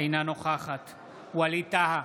אינה נוכחת ווליד טאהא,